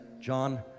John